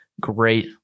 great